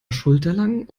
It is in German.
schulterlang